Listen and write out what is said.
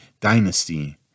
dynasty